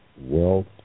wealth